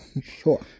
Sure